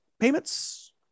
payments